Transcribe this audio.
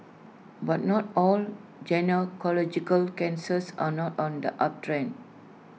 but not all gynaecological cancers are not on the uptrend